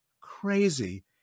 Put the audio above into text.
crazy